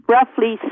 Roughly